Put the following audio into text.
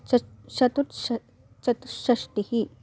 षट् षट् ष चतुष्षष्टिः